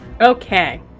Okay